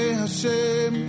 Hashem